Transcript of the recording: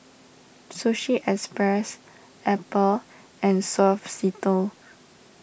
Sushi Express Apple and Suavecito